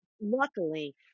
Luckily